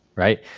Right